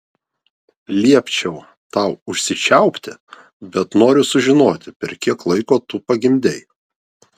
liepčiau tau užsičiaupti bet noriu sužinoti per kiek laiko tu pagimdei